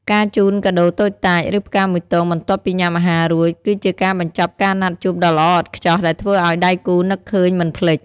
ការជូនកាដូតូចតាច ឬផ្កាមួយទងបន្ទាប់ពីញ៉ាំអាហាររួច គឺជាការបញ្ចប់ការណាត់ជួបដ៏ល្អឥតខ្ចោះដែលធ្វើឱ្យដៃគូនឹកឃើញមិនភ្លេច។